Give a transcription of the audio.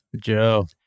Joe